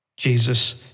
Jesus